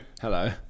Hello